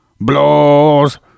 BLOWS